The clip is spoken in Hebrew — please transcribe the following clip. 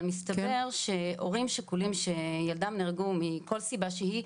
אבל מסתבר שהורים שכולים שילדם נהרגו מכל סיבה שהיא,